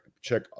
check